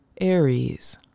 Aries